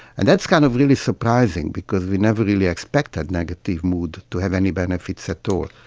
and that's kind of really surprising because we never really expected negative mood to have any benefits at all,